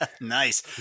Nice